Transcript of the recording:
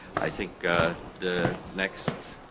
i think the next